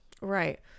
right